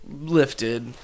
lifted